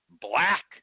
black